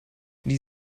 die